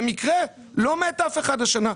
במקרה לא מת אף אחד השנה.